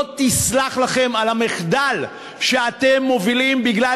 לא תסלח לכם על המחדל שאתם מובילים בגלל